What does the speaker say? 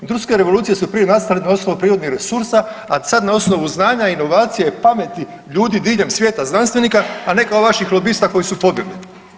Industrijske revolucije su prije nastale na osnovu prirodnih resursa, a sad na osnovu znanja, inovacija i pameti ljudi diljem svijeta, znanstvenika, a ne kao vaših lobista koji su pobjegli.